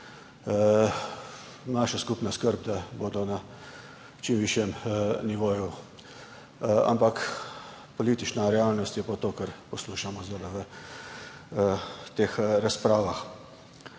naša skupna skrb, da bodo na čim višjem nivoju. Politična realnost je pa to, kar poslušamo zdajle v teh razpravah.